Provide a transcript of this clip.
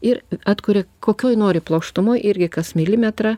ir atkuria kokioj nori plokštumoj irgi kas milimetrą